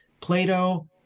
Plato